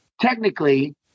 technically